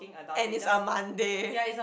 and it's a Monday